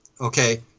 Okay